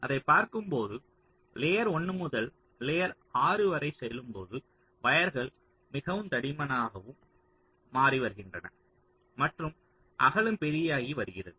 அதைப் பார்க்கும்போது லேயர் 1 முதல் லேயர் 6 வரை செல்லும்போது வயர்கள் மிகவும் தடிமனாகவும் மாறி வருகின்றன மற்றும் அகலம் பெரிதாகி வருகிறது